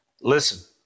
Listen